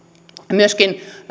myöskin